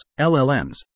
LLMs